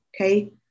Okay